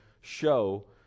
show